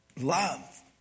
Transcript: love